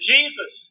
Jesus